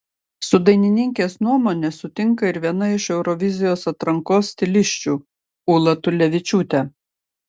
su dainininkės nuomone sutinka ir viena iš eurovizijos atrankos stilisčių ūla tulevičiūtė